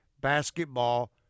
basketball